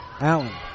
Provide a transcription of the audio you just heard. Allen